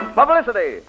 publicity